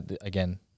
again